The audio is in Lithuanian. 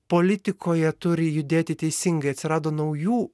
politikoje turi judėti teisingai atsirado naujų